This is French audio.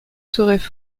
seraient